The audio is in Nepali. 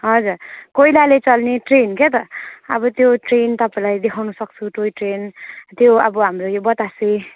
हजुर कोइलाले चल्ने ट्रेन क्या त अब त्यो ट्रेन तपाईँलाई देखाउनु सक्छु टोय ट्रेन त्यो अब हाम्रो यो बतासे